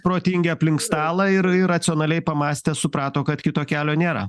protingi aplink stalą ir ir racionaliai pamąstę suprato kad kito kelio nėra